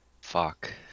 Fuck